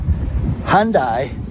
Hyundai